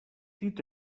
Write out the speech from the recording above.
dit